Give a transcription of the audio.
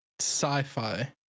Sci-fi